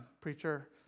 preacher